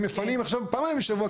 הם מפנים עכשיו פעמיים בשבוע,